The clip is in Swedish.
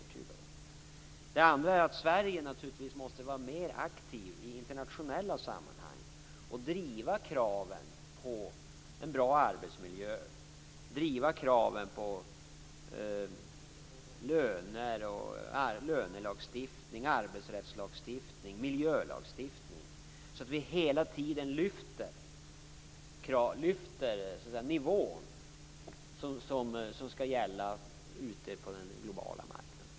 Den andra frågan handlar om att Sverige naturligtvis måste vara mer aktivt i internationella sammanhang och driva kraven på en bra arbetsmiljö, på löner och arbetsrättslagstiftning liksom på miljölagstiftning, så att vi hela tiden lyfter den nivå som skall gälla ute på den globala marknaden.